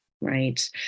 right